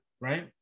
right